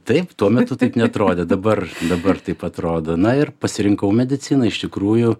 taip tuo metu taip neatrodė dabar dabar taip atrodo na ir pasirinkau mediciną iš tikrųjų